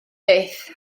byth